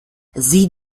sieh